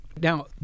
Now